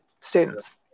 students